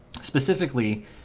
specifically